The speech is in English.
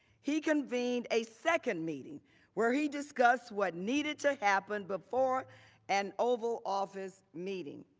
he convened a second meeting where he discussed what needed to happen before an oval office meeting.